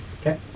Okay